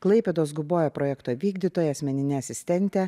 klaipėdos guboja projekto vykdytoja asmenine asistente